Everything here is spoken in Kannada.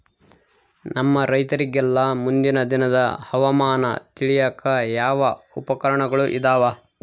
ನಮ್ಮ ರೈತರಿಗೆಲ್ಲಾ ಮುಂದಿನ ದಿನದ ಹವಾಮಾನ ತಿಳಿಯಾಕ ಯಾವ ಉಪಕರಣಗಳು ಇದಾವ?